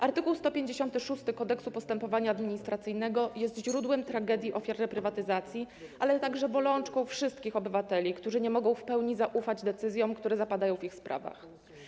Art. 156 Kodeksu postępowania administracyjnego jest źródłem tragedii ofiar reprywatyzacji, ale także bolączką wszystkich obywateli, którzy nie mogą w pełni zaufać decyzjom, które zapadają w ich sprawach.